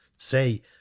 say